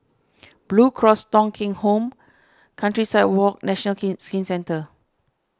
Blue Cross Thong Kheng Home Countryside Walk National Skin Centre